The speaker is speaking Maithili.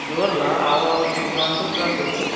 जोड़ि लअ आबऽ आओर डिस्काउंटों कर देबू